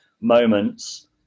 moments